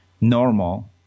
normal